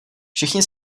všichni